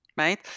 Right